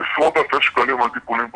עשרות אלפי שקלים על טיפולים פרטיים,